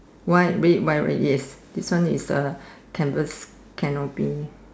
white red white red yes this one is a canvas canopy